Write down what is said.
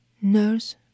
nurse